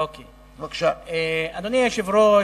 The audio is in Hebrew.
אדוני היושב-ראש,